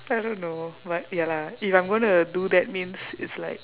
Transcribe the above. I don't know but ya lah if I'm gonna do that means it's like